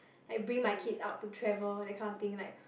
like bring my kids out to travel that kind of thing like